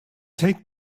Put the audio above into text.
take